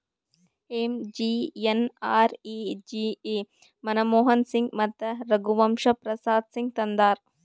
MGNREGA Manmohan Singh ಮತ್ತ ರಘುವಂಶ ಪ್ರಸಾದ್ ಸಿಂಗ್ ತಂದಾರ್